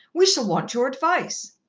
we shall want your advice.